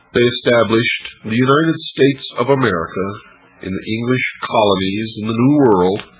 they established the united states of america and the english colonies in the new world.